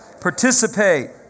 participate